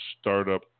startup